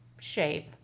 shape